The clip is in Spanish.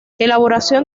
elaboración